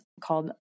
called